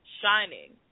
shining